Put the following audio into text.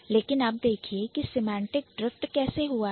लेकिन अब देखिए कि Semantic Drift सेमांटिक ड्रिफ्ट कैसे हुआ है